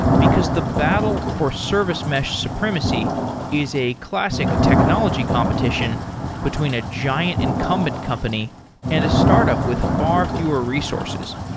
because the battle for service mesh supremacy is a classic technology competition between a giant incumbent company and a startup with far fewer resources.